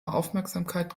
aufmerksamkeit